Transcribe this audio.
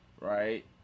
right